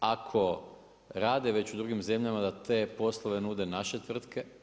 Ako rade već u drugim zemljama, da te poslove nude naše tvrtke.